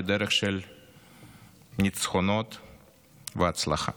לדרך של ניצחונות והצלחה.